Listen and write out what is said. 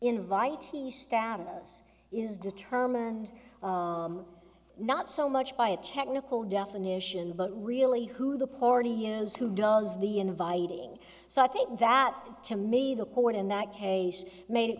invite the status is determined not so much by a technical definition but really who the party use who does the inviting so i think that to me the board in that case made it